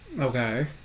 Okay